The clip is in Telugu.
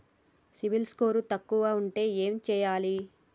సిబిల్ స్కోరు తక్కువ ఉంటే ఏం చేయాలి?